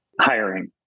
hiring